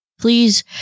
Please